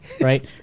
right